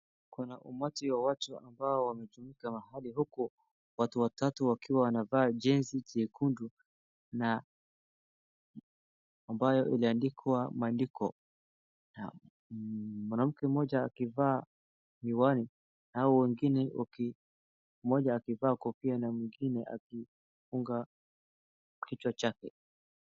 Kuna umati wa watu ambao wanajumuika mahali huku, watu watatu wanavaa jezi jekundu na ambayo imeandikwa maandiko, mwanamke mmoja akivaa miwani, na hao wengine mmoja akivaa kofia na mwingine akifunga kichwa chake.